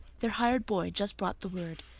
their hired boy just brought the word.